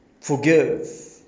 Forgive